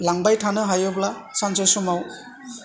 लांबाय थानो हायोब्ला सानसे समाव